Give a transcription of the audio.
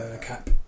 Cap